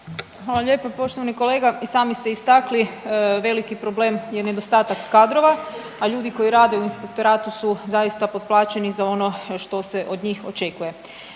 Hvala lijepo poštovani kolega, i sami ste istakli veliki problem je nedostatak kadrova, a ljudi koji rade u Inspektoratu su zaista potplaćeni za ono što se od njih očekuje.